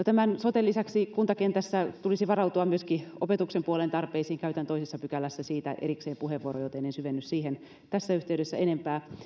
tämän soten lisäksi kuntakentässä tulisi varautua myöskin opetuksen puolen tarpeisiin käytän toisessa pykälässä siitä erikseen puheenvuoron joten en syvenny siihen tässä yhteydessä enempää